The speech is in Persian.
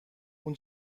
اون